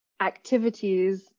activities